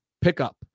pickup